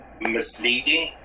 misleading